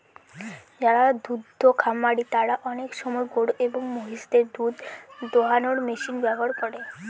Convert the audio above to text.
যারা দুদ্ধ খামারি তারা আনেক সময় গরু এবং মহিষদের দুধ দোহানোর মেশিন ব্যবহার করে